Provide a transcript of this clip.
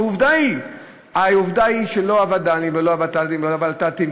עובדה היא שלא הווד"לים ולא הוות"לים ולא הוולת"תים,